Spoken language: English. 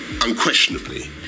unquestionably